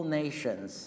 nations